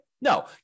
No